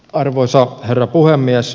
arvoisa herra puhemies